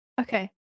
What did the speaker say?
Okay